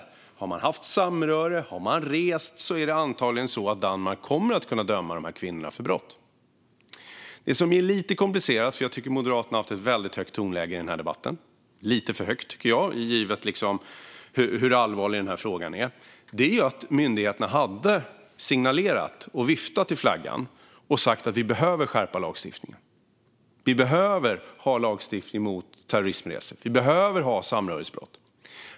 Har dessa kvinnor haft samröre och rest är det antagligen så att Danmark kommer att kunna döma dem för brott. Jag tycker att Moderaterna har haft ett väldigt högt tonläge i den här debatten - lite för högt, tycker jag, givet hur allvarlig denna fråga är. Det som är lite komplicerat är att myndigheterna har signalerat, viftat med flaggan och sagt att vi behöver skärpa lagstiftningen. De har sagt att vi behöver ha lagstiftning mot terrorismresor och att vi behöver ha rubriceringen samröresbrott.